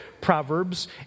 Proverbs